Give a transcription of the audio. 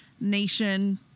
Nation